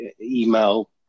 email